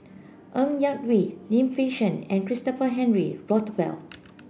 Ng Yak Whee Lim Fei Shen and Christopher Henry Rothwell